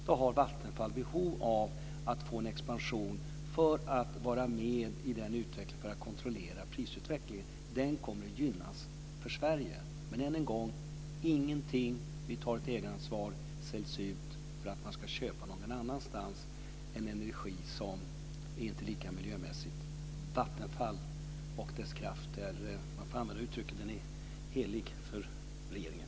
Då har Vattenfall behov av att få en expansion för att vara med i den utvecklingen och kontrollera prisutvecklingen. Detta kommer att gynna Sverige. Än en gång. Vi tar ett ägaransvar. Ingenting säljs ut för att man någon annanstans ska köpa en energi som inte är lika miljövänlig. Vattenkraft och dess kraft är, om jag får använda det uttrycket, helig för regeringen.